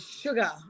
sugar